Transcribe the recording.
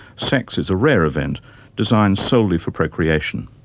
sex is a rare event designed solely for procreation.